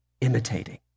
imitating